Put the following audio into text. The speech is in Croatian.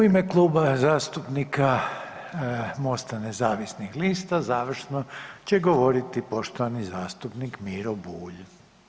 U ime Kluba zastupnika MOST-a nezavisnih lista završno će govoriti poštovani zastupnik Miro Bulj.